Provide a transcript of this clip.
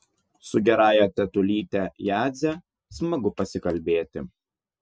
su gerąja tetulyte jadze smagu pasikalbėti